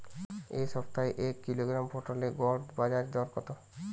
এ সপ্তাহের এক কিলোগ্রাম পটলের গড় বাজারে দর কত?